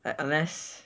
un~ unless